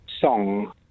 Song